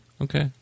Okay